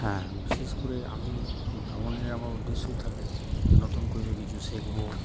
হ্যাঁ বিশেষ করে আমি ভ্রমণের আমার উদ্দেশ্যই থাকে যে নতুন করে কিছু শিখব